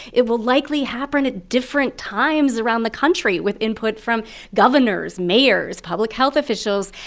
it will likely happen at different times around the country with input from governors, mayors, public health officials.